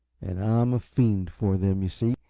and i'm a fiend for them, you see.